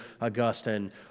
Augustine